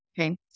Okay